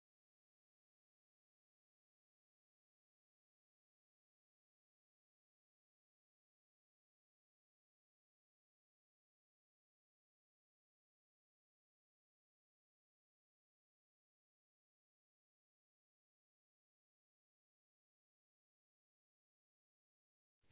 आता या अंतराला एंड डिस्टन्स म्हणतात आणि या अंतराला एज म्हणतात म्हणजे याचा अर्थ स्ट्रेस च्या दिशेने सर्वात बाहेरील रिवेट केंद्र आणि त्याच्या काठाला समांतर आहे